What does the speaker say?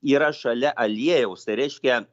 yra šalia aliejaus tai reiškia